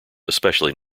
especially